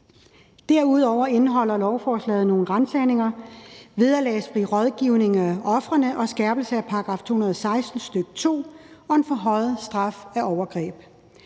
Derudover indeholder lovforslaget noget om ransagninger, forslag om vederlagsfri rådgivning af ofrene og en skærpelse af § 216, stk. 2, og en forhøjet straf for overgreb.